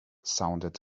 sounded